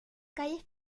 calles